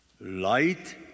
Light